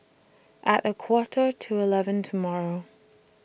At A Quarter to eleven tomorrow